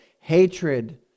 hatred